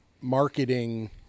marketing